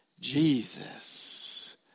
Jesus